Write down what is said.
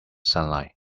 sunlight